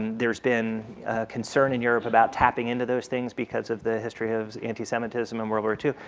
there's been concern in europe about tapping into those things because of the history of anti-semitism in world war two.